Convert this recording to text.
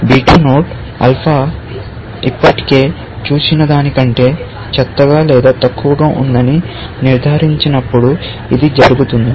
beta node alpha ఇప్పటికే చూసిన దానికంటే చెత్తగా లేదా తక్కువగా ఉందని నిర్ధారించినప్పుడు ఇది జరుగుతుంది